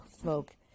smoke